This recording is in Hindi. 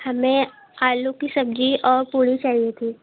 हमें आलू की सब्ज़ी और पूरी चाहिए थी